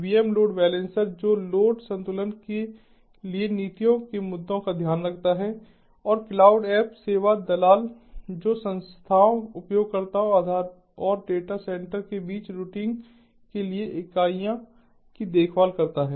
VM load balancer जो load संतुलन के लिए नीतियों के मुद्दों का ध्यान रखता है और क्लाउड ऐप सेवा दलाल जो संस्थाओं उपयोगकर्ता आधार और डेटा सेंटर के बीच रूटिंग के लिए इकाइयाँ की देखभाल करता है